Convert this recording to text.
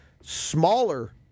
smaller